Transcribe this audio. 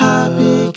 Happy